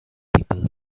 people